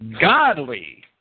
godly